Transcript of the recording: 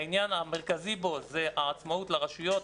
העניין המרכזי בו זה העצמאות לרשויות.